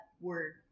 word